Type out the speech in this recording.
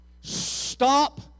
Stop